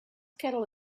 kettle